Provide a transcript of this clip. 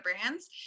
brands